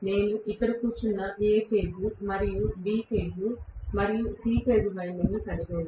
నేను ఇక్కడ కూర్చున్న A ఫేజ్ B ఫేజ్ మరియు C ఫేజ్ వైండింగ్ల లను కలిగి ఉన్నాను